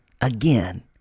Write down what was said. again